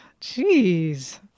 Jeez